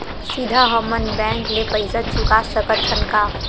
सीधा हम मन बैंक ले पईसा चुका सकत हन का?